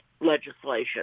legislation